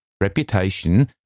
Reputation